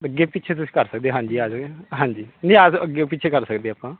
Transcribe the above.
ਅੱਗੇ ਪਿੱਛੇ ਤੁਸੀਂ ਕਰ ਸਕਦੇ ਹਾਂਜੀ ਆ ਜੋਗੇ ਹਾਂਜੀ ਨਹੀਂ ਆ ਅੱਗੇ ਪਿੱਛੇ ਕਰ ਸਕਦੇ ਆਪਾਂ